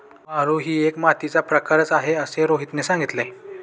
वाळू ही मातीचा एक प्रकारच आहे असे रोहितने सांगितले